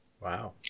Wow